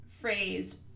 phrase